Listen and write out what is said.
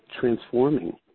transforming